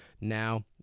now